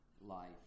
life